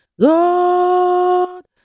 God